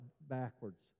backwards